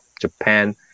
Japan